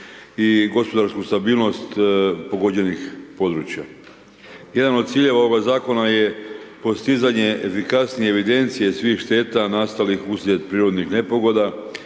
i gospodarsku stabilnost pogođenih područja. Jedan od ciljeva ovoga zakona je postizanje efikasnije evidencije svih šteta, nastali uslijed prirodnih nepogoda,